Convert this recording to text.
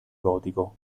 gotico